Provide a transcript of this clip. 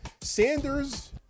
Sanders